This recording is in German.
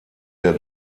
der